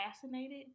fascinated